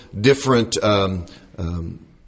different